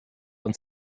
und